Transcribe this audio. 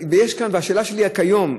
השאלה שלי היא: כיום,